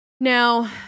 Now